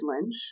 Lynch